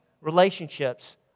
relationships